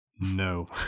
No